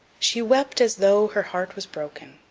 she wept as though her heart was broken.